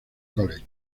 college